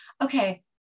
okay